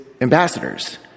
ambassadors